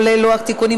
כולל לוח התיקונים,